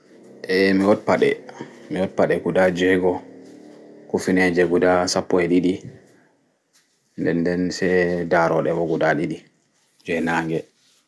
Eeh mi woɗi paɗe guɗa jego hufineje guɗa sappo e' ɗiɗi nɗe nɗen se ɗaroɗe ɓo guɗa ɗiɗi